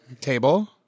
table